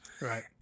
Right